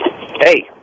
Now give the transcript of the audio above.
Hey